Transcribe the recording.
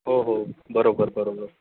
हो हो बरोबर बरोबर